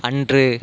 அன்று